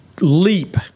leap